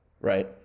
Right